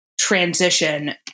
transition